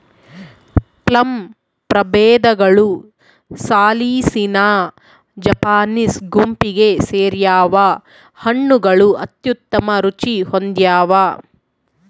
plum ಪ್ರಭೇದಗಳು ಸಾಲಿಸಿನಾ Japanese ಗುಂಪಿಗೆ ಸೇರ್ಯಾವ ಹಣ್ಣುಗಳು ಅತ್ಯುತ್ತಮ ರುಚಿ ಹೊಂದ್ಯಾವ